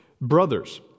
brothers